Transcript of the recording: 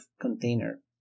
container